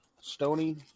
stony